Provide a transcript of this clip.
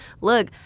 look